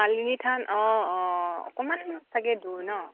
মালিনী থান অঁ অঁ অকণমান চাগে দূৰ ন